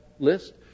List